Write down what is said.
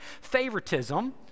favoritism